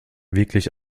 wirklich